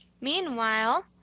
Meanwhile